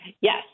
Yes